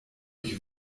ich